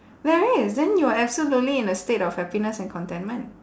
there is then you're absolutely in a state of happiness and contentment